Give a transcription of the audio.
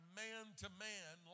man-to-man